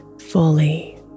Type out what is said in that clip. fully